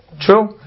True